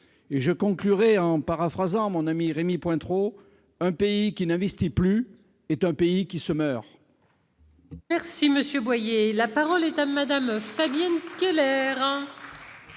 Je conclurai en paraphrasant mon ami Rémy Pointereau : un pays qui n'investit plus est un pays qui se meurt